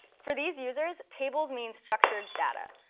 for these users, tables mean structured data.